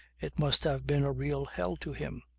it must have been a real hell to him.